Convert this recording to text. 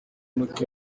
mpanuka